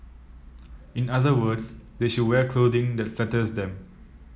in other words they should wear clothing that flatters them